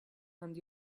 and